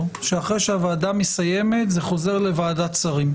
שאחרי שהוועדה מסיימת זה חוזר לוועדת שרים.